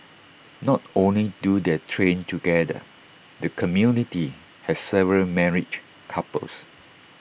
not only do they train together the community has several married couples